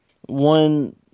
one